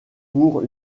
pour